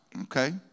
Okay